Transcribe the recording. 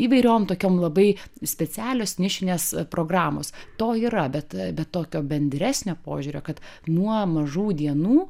įvairiom tokiom labai specialios nišinės programos to yra bet be tokio bendresnio požiūrio kad nuo mažų dienų